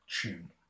tune